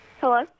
Hello